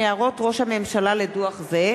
הצעת חוק לתיקון פקודת היערות (חובת פרסום לציבור על-ידי הצבת שלט),